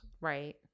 Right